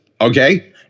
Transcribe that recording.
okay